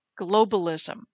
globalism